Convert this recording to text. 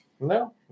No